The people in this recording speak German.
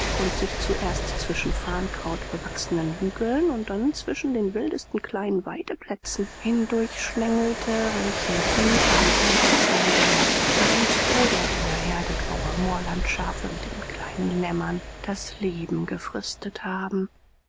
und sich zuerst zwischen farrenkraut bewachsenen hügeln und dann zwischen den wildesten kleinen waideplätzen hindurchschlängelte welche je ein weites heideland begrenzt oder einer herde grauer moorlandschafe mit ihren kleinen lämmern das leben gefristet haben